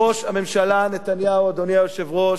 ראש הממשלה נתניהו, אדוני היושב-ראש,